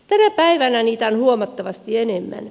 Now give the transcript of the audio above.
tänä päivänä niitä on huomattavasti enemmän